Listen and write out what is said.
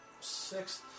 Six